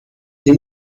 sie